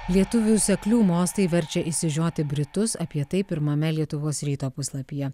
lietuvių seklių mostai verčia išsižioti britus apie tai pirmame lietuvos ryto puslapyje